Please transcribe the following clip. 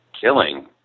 killing